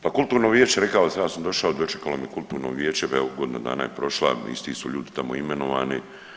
Pa kulturno vijeće rekao sam ja sam došao dočekalo me kulturno vijeće evo godina dana je prošla isti su ljudi tamo imenovani.